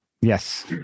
yes